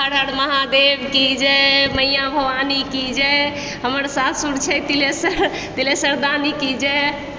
हर हर महादेव की जय मैया भवानी की जय हमर सासुर छै तिलेश्वर तिलेश्वर दानी की जय